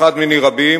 אחד מני רבים,